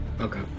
Okay